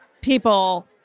people